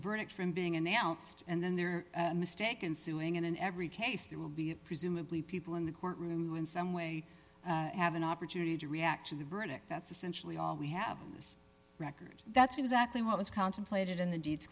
verdict from being announced and then they're mistaken suing and in every case there will be presumably people in the courtroom who in some way have an opportunity to react to the burning that's essentially all we have in this record that's exactly what was contemplated in the deeds